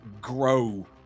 grow